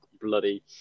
bloody